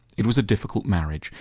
it was a difficult marriage.